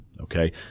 okay